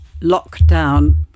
lockdown